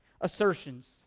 assertions